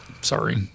sorry